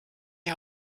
die